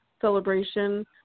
celebration